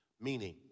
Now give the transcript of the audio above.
meaning